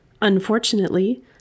Unfortunately